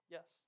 Yes